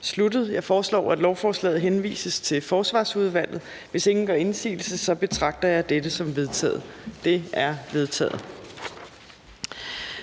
sluttet. Jeg foreslår, at lovforslaget henvises til Boligudvalget. Hvis ingen gør indsigelse, betragter jeg det som vedtaget. Det er vedtaget.